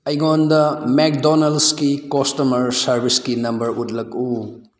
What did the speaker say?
ꯑꯩꯉꯣꯟꯗ ꯃꯦꯛꯗꯣꯅꯦꯜꯁꯀꯤ ꯀꯣꯁꯇꯃꯔ ꯁꯥꯔꯚꯤꯁꯀꯤ ꯅꯝꯕꯔ ꯎꯠꯂꯛꯎ